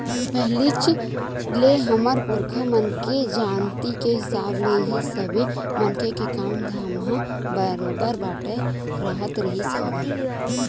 पहिलीच ले हमर पुरखा मन के जानती के हिसाब ले ही सबे मनखे के काम धाम ह बरोबर बटे राहत रिहिस हवय